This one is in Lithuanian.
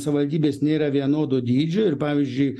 savivaldybės nėra vienodo dydžio ir pavyzdžiui